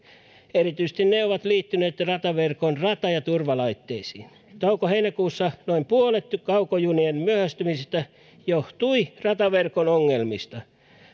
erityisesti ne ovat liittyneet rataverkon rata ja turvalaitteisiin touko heinäkuussa noin puolet kaukojunien myöhästymisistä johtui rataverkon ongelmista